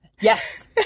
Yes